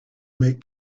make